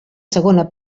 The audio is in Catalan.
segona